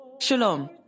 Shalom